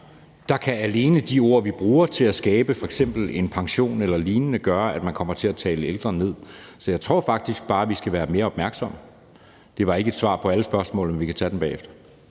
så kan de ord, vi bruger til at omtale f.eks. en pension eller lignende, alene gøre, at man kommer til at tale ældre ned. Så jeg tror faktisk bare, vi skal være mere opmærksomme på det. Det var ikke svar på alle spørgsmålene, men vi kan tage dem bagefter.